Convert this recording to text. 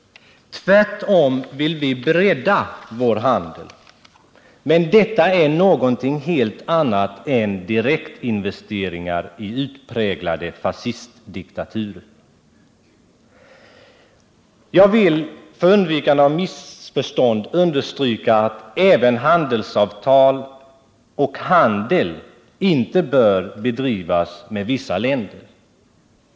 Tvärtom vill vi bredda vår handel. Men detta är någonting helt annat än direktinvesteringar i utpräglade fascistdiktaturer. Jag vill för undvikande av missförstånd understryka att inte heller bör handelsavtal träffas och handel bedrivas med vissa länder.